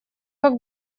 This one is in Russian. как